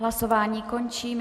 Hlasování končím.